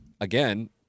Again